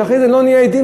שאחרי זה לא נהיה עדים,